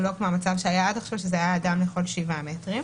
זה לא כמו המצב שהיה עד עכשיו שזה היה אדם אחד לכל שבעה מטרים.